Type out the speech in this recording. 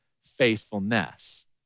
faithfulness